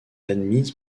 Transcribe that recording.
admise